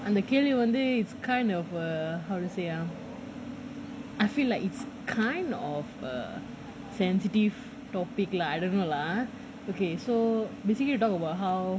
அந்த கேள்வி வந்து:antha kelvi vanthu is kind of a how to say ah I feel like is kind of a sensitive topic lah I don't know lah ah okay so basically we talk about how